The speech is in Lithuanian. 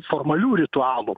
formalių ritualų